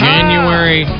January